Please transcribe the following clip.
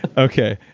okay.